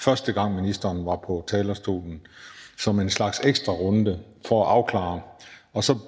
første gang ministeren var på talerstolen, som en slags ekstra runde, for at afklare.